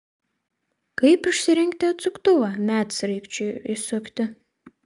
kaip išsirinkti atsuktuvą medsraigčiui įsukti